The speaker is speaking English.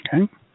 Okay